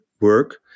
work